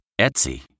Etsy